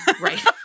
Right